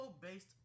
based